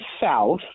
South